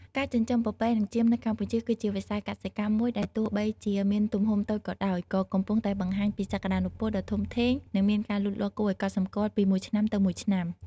ការចិញ្ចឹមពពែនិងចៀមនៅកម្ពុជាគឺជាវិស័យកសិកម្មមួយដែលទោះបីជាមានទំហំតូចក៏ដោយ ក៏កំពុងតែបង្ហាញពីសក្តានុពលដ៏ធំធេងនិងមានការលូតលាស់គួរឱ្យកត់សម្គាល់ពីមួយឆ្នាំទៅមួយឆ្នាំ។